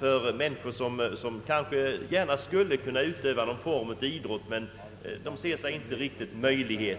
Många människor skulle säkert gärna utöva någon form av idrott, men de vet inte riktigt hur det skall gå till.